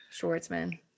schwartzman